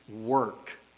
work